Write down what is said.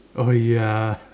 oh ya